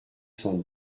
cent